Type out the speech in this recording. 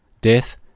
death